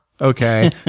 Okay